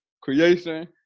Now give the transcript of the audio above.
creation